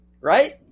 right